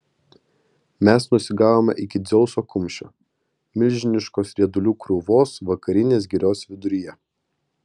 mes nusigavome iki dzeuso kumščio milžiniškos riedulių krūvos vakarinės girios viduryje